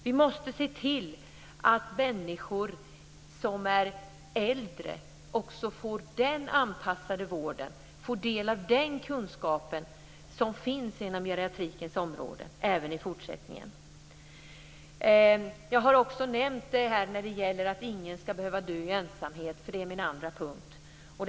Vi måste se till att människor som är äldre också i fortsättningen får den anpassade vården och får del av den kunskap som finns på geriatrikens område. Jag har också nämnt att ingen ska behöva dö i ensamhet. - Det är min andra punkt.